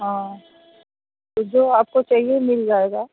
हाँ तो जो आपको चाहिए मिल जाएगा